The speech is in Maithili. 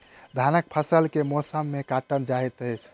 धानक फसल केँ मौसम मे काटल जाइत अछि?